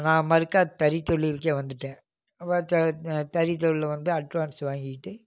நான் மறுக்கா தறித் தொழிலுக்கே வந்துவிட்டேன் பார்த்தா தறித் தொழிலில் வந்து அட்வான்ஸ் வாங்கிக்கிட்டு